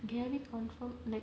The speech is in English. gaby controlled like